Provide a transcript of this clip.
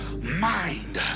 mind